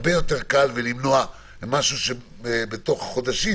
בקלות רבה בהרבה ולמנוע משהו שבתוך חודשים